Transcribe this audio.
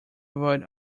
avoid